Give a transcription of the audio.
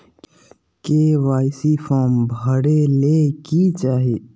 KYC form भरे ले कि चाही?